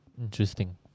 interesting